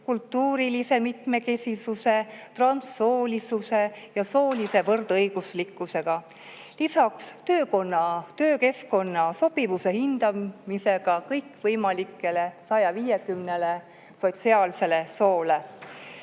kultuurilise mitmekesisuse, transsoolisuse ja soolise võrdõiguslikkusega. Lisaks töökeskkonna sobivuse hindamisega kõikvõimalikele 150 sotsiaalsele soole.